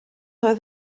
oedd